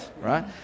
right